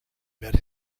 met